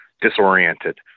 disoriented